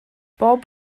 bob